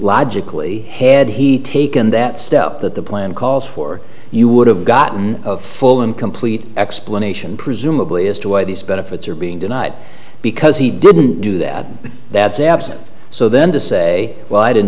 logically had he taken that step that the plan calls for you would have gotten full and complete explanation presumably as to why these benefits are being denied because he didn't do that that's absent so then to say well i didn't